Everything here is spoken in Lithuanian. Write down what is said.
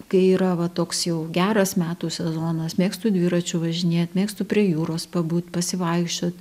kai yra va toks jau geras metų sezonas mėgstu dviračiu važinėt mėgstu prie jūros pabūt pasivaikščiot